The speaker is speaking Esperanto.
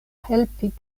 helpi